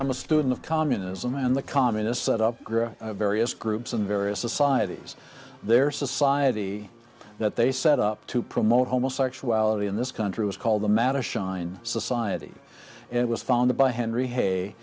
i'm a student of communism and the communists set up grow various groups and various societies their society that they set up to promote homosexuality in this country was called the matter shine society it was founded by henry h